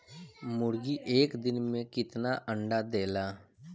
मुर्गी एक दिन मे कितना अंडा देला?